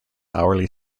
hourly